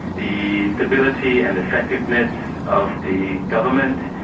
the stability and effectiveness of the government,